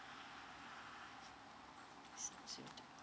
six zero two